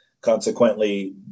consequently